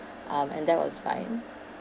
um and that was fine